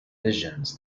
visions